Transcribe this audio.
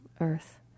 earth